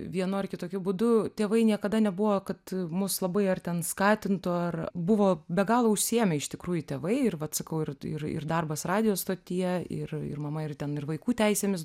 vienu ar kitokiu būdu tėvai niekada nebuvo kad mus labai ar ten skatintų ar buvo be galo užsiėmę iš tikrųjų tėvai ir vat sakau ir ir ir darbas radijo stotyje ir ir mama ir ten ir vaikų teisėmis